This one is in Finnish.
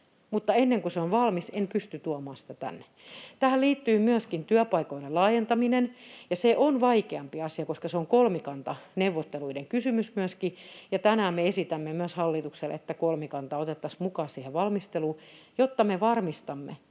mutta ennen kuin se on valmis, en pysty tuomaan sitä tänne. Tähän liittyy myöskin työpaikoille laajentaminen, ja se on vaikeampi asia, koska se on kolmikantaneuvotteluiden kysymys myöskin, ja tänään me esitämme myös hallitukselle, että kolmikanta otettaisiin mukaan siihen valmisteluun, jotta me varmistamme,